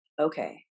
okay